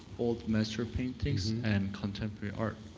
old master paintings and contemporary art.